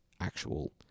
actual